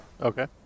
Okay